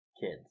kids